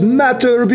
matter